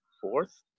fourth